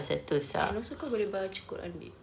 and also kau boleh baca quran babe